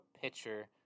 pitcher